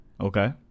Okay